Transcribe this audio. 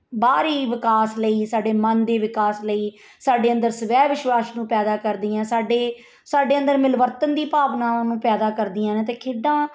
ਬਾਹਰੀ ਵਿਕਾਸ ਲਈ ਸਾਡੇ ਮਨ ਦੇ ਵਿਕਾਸ ਲਈ ਸਾਡੇ ਅੰਦਰ ਸਵੈ ਵਿਸ਼ਵਾਸ ਨੂੰ ਪੈਦਾ ਕਰਦੀਆਂ ਸਾਡੇ ਸਾਡੇ ਅੰਦਰ ਮਿਲਵਰਤਨ ਦੀ ਭਾਵਨਾ ਨੂੰ ਪੈਦਾ ਕਰਦੀਆਂ ਨੇ ਅਤੇ ਖੇਡਾਂ